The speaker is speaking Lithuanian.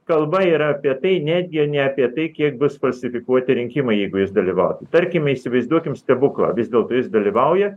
kalba yra apie tai netgi ne apie tai kiek bus falsifikuoti rinkimai jeigu jis dalyvautų tarkime įsivaizduokim stebuklą vis dėlto jis dalyvauja